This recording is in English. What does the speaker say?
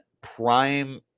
prime